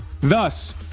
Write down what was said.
Thus